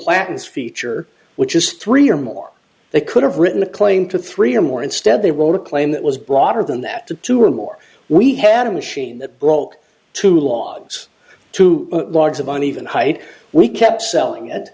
platens feature which is three or more they could have written a claim to three or more instead they want to claim that was broader than that to two or more we had a machine that broke two logs too large of an even height we kept selling